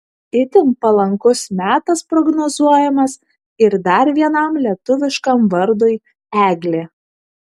itin palankus metas prognozuojamas ir dar vienam lietuviškam vardui eglė